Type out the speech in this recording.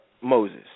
Moses